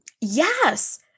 yes